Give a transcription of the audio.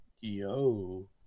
Yo